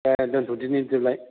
दे दोन्थ'दिनि बिदिब्लालाय